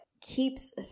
keeps